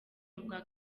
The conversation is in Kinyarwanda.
ubwa